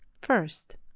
first